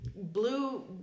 blue